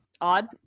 Odd